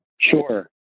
Sure